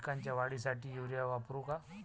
पिकाच्या वाढीसाठी युरिया वापरू का?